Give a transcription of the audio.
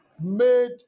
made